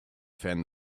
fan